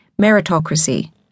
meritocracy